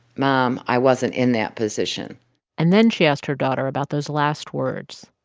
mom, i wasn't in that position and then she asked her daughter about those last words,